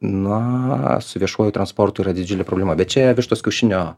na su viešuoju transportu yra didžiulė problema bet čia vištos kiaušinio